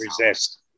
resist